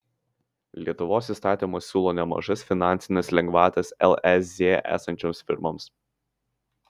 lietuvos įstatymas siūlo nemažas finansines lengvatas lez esančioms firmoms